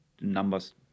numbers